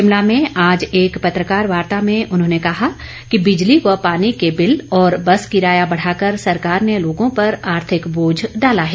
शिमला में आज एक पत्रकार वार्ता में उन्होंने कहा कि बिजली व पानी के बिल और बस किराया बढ़ाकर सरकार ने लोगों पर आर्थिक बोझ डाला है